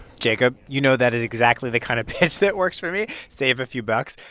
jacob, you know that is exactly the kind of pitch that works for me save a few bucks.